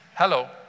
Hello